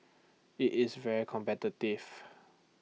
IT is very competitive